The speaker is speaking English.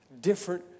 different